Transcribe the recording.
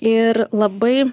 ir labai